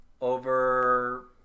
over